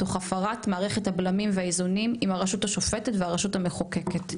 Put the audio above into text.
תוך הפרת מערכת הבלמים והאיזונים עם הרשות השופטת והרשות המחוקקת.